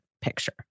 picture